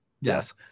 Yes